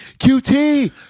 QT